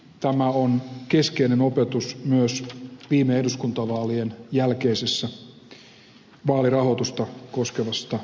tämä on keskeinen opetus myös viime eduskuntavaalien jälkeisestä vaalirahoitusta koskevasta keskustelusta